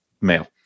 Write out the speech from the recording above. male